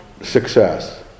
success